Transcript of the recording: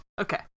Okay